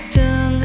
down